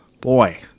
boy